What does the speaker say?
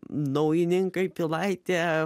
naujininkai pilaitė